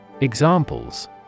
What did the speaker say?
Examples